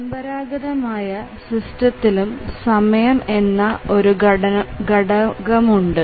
പരമ്പരാഗതമായ സിസ്റ്റത്തിലും സമയം എന്ന ഒരു ഘടകമുണ്ട്